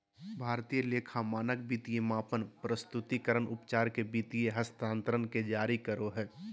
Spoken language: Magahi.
भारतीय लेखा मानक वित्तीय मापन, प्रस्तुतिकरण, उपचार के वित्तीय हस्तांतरण के जारी करो हय